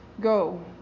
Go